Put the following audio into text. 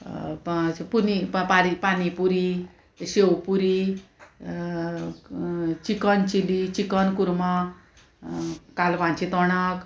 पांच पुनी पापा pani puri sev puri chicken chilli chicken korma कालवांचे तोणाक